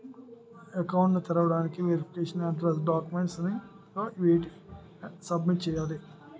Account ను తెరవటానికి verification address documents గా వేటిని సబ్మిట్ చేయాలి?